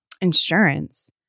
insurance